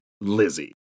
Lizzie